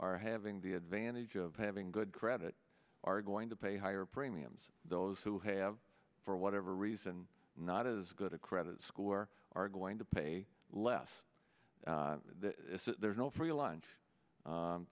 are having the advantage of having good credit are going to pay higher premiums those who have for whatever reason not as good a credit score are going to pay less there's no free lunch